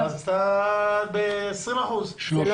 שלוש מנהלות זה 20% מן המנהלים.